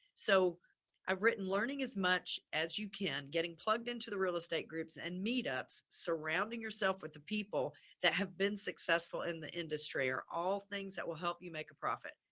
so i've written learning as much as you can, getting plugged into the real estate groups and meetups, surrounding yourself with the people that have been successful in the industry are all things that will help you make a profit.